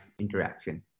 interaction